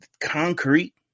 Concrete